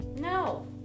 No